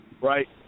right